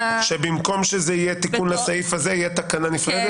שבמקום שזה יהיה תיקון לסעיף הזה תהיה תקנה נפרדת?